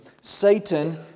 Satan